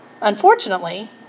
unfortunately